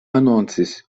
anoncis